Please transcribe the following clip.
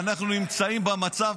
ואנחנו נמצאים במצב